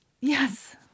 Yes